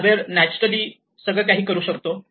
surveyor naturally करू शकतो